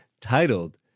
titled